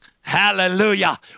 Hallelujah